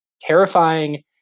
terrifying